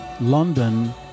London